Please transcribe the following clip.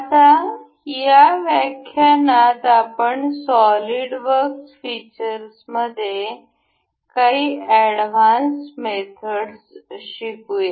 आता या व्याख्यानात आपण सॉलिडवर्क्स फीचर्समध्ये काही एडव्हान्स मेथड्स शिकू या